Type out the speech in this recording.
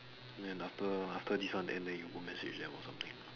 then after after this one then then you go message them or something lah